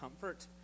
comfort